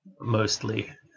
mostly